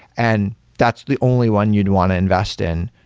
and that's the only one you'd want to invest in.